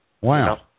Wow